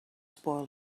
spoil